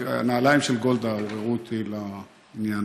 רק הנעליים של גולדה עוררו אותי לעניין.